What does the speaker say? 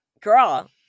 Girl